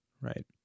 Right